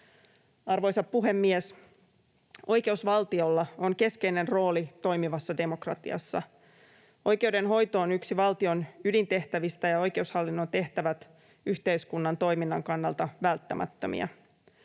Arvoisa puhemies! Oikeusvaltiolla on keskeinen rooli toimivassa demokratiassa. Oikeudenhoito on yksi valtion ydintehtävistä ja oikeushallinnon tehtävät yhteiskunnan toiminnan kannalta välttämättömiä.